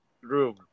room